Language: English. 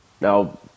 Now